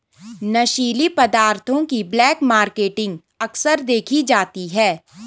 नशीली पदार्थों की ब्लैक मार्केटिंग अक्सर देखी जाती है